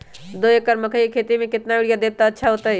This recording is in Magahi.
दो एकड़ मकई के खेती म केतना यूरिया देब त अच्छा होतई?